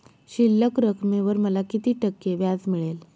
शिल्लक रकमेवर मला किती टक्के व्याज मिळेल?